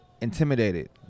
intimidated